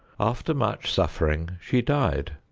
after much suffering she died,